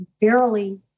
barely